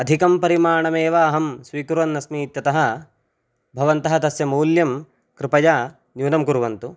अधिकं परिमाणमेव अहं स्वीकुर्वन्नस्मि इत्यतः भवन्तः तस्य मूल्यं कृपया न्यूनं कुर्वन्तु